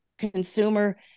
consumer